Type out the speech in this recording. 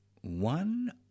One